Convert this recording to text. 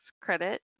Credit